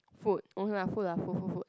food okay lah food lah food food food